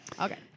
Okay